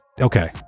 Okay